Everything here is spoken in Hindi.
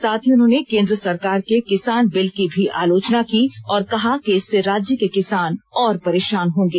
साथ ही उन्होंने केंद्र सरकार के किसान बिल की भी आलोचना की और कहा कि इससे राज्य के किसान और परेशान होंगे